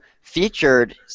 featured